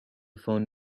phone